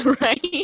Right